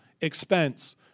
expense